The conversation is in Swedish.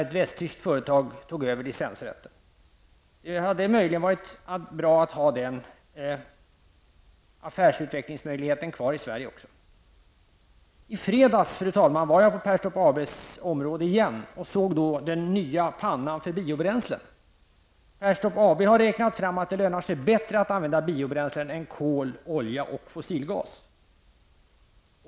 Ett västtyskt företag tog över licensrätten. Det hade möjligen varit bra att ha den affärsutvecklingsmöjligheten kvar i Sverige också. Fru talman! I fredags var jag på Perstorp ABs område igen och såg då den nya pannan för biobränslen. Perstorp AB har räknat fram att det lönar sig bättre att använda biobränslen än kol, olja och fossilgas.